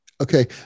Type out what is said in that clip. Okay